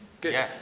Good